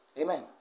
Amen